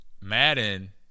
Madden